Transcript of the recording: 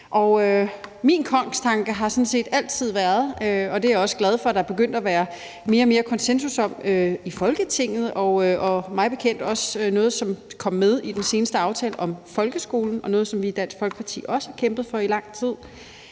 min kongstanke har sådan set altid været – og det er jeg også glad for at der er begyndt at være mere og mere konsensus om i Folketinget, og det er mig bekendt også noget, som kom med i den seneste aftale om folkeskolen; noget, som vi i Dansk Folkeparti også har kæmpet for i lang tid